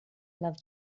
love